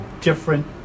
different